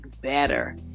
better